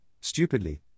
stupidly